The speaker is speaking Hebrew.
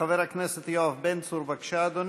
חבר הכנסת יואב בן צור, בבקשה, אדוני,